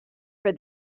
for